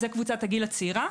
זו קבוצת הגיל הצעירה.